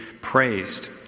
praised